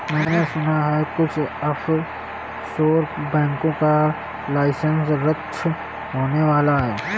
मैने सुना है कुछ ऑफशोर बैंकों का लाइसेंस रद्द होने वाला है